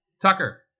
Tucker